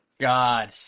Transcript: God